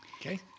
Okay